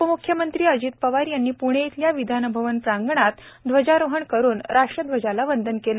उपमुख्यमंत्री अजित पवार यांनी प्णे येथील विधानभवन प्रांगणात ध्वजारोहण करून राष्ट्रध्वजाला वंदन केले